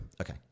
Okay